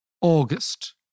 August